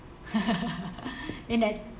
in that